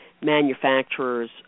manufacturers